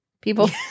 People